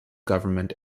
government